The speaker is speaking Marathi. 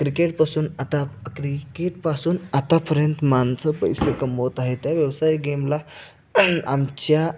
क्रिकेटपासून आता क्रिकेटपासून आतापर्यंत माणसं पैसे कमवत आहे त्या व्यवसाय गेमला आमच्या